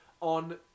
on